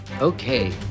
Okay